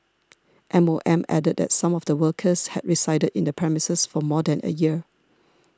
M O M added that some of the workers had resided in the premises for more than a year